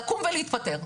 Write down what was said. לקום ולהתפטר.